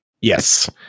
Yes